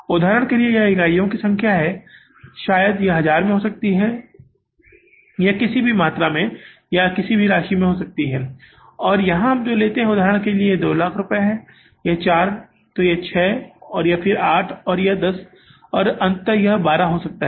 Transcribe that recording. उदाहरण के लिए यह इकाइयों की संख्या है शायद यह हजार में हो सकती है यह संख्या हो सकती है या यह किसी भी मात्रा किसी भी राशि हो सकती है और यहां हम चीजों को लेते हैं उदाहरण के लिए यह 2 लाख में है तो यह 4 है तो यह 6 है फिर यह 8 है और यह 10 है और अंत में यह 12 हो सकता है